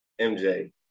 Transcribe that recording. MJ